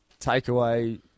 takeaway